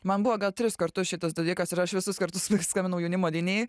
man buvo gal tris kartus šitas dalykas ir aš visus kartus skambinau jaunimo linijai